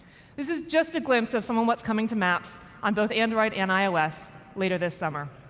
this is just a glimpse of some of what's coming to maps on both android and ios later this summer.